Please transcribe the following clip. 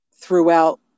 throughout